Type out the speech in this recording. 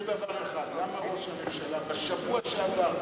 יסביר דבר אחד: למה ראש הממשלה בשבוע שעבר,